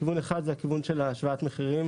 כיוון אחד זה הכיוון של השוואת המחירים,